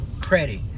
credit